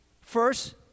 First